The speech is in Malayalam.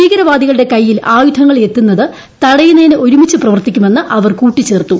ഭീകരവാദികളുടെ കൈയിൽ ആയുധങ്ങൾ എത്തുന്നത് തടയുന്നതിന് ഒരുമിച്ച് പ്രവർത്തിക്കുമെന്ന് അവർ ്കൂട്ടിച്ചേർത്തു